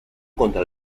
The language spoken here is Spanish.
contra